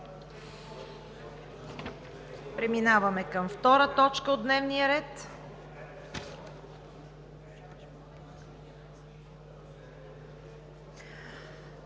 Преминаваме втора точка от дневния ред: